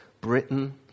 Britain